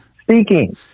Speaking